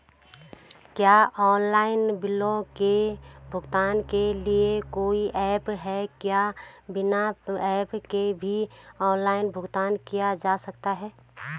क्या ऑनलाइन बिलों के भुगतान के लिए कोई ऐप है क्या बिना ऐप के भी ऑनलाइन भुगतान किया जा सकता है?